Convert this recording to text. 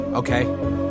Okay